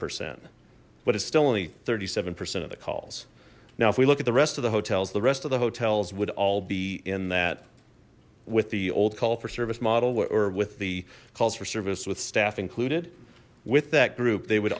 percent but it's still only thirty seven percent of the calls now if we look at the rest of the hotels the rest of the hotels would all be in that with the old call for service model or with the calls for service with staff included with that group they would